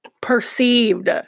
Perceived